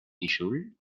tixul